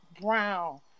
brown